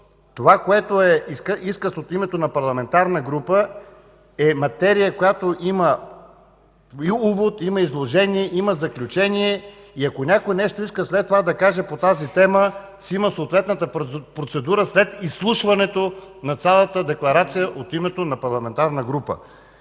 това, което е изказ от името на парламентарна група, е материя, която има и увод, има изложение, има заключение. И ако някой иска след това да каже нещо по тази тема, си има съответната процедура след изслушването на цялата декларация от името на парламентарна група.